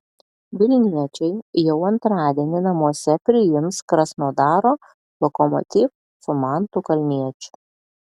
vilniečiai jau antradienį namuose priims krasnodaro lokomotiv su mantu kalniečiu